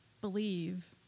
believe